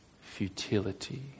futility